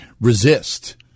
resist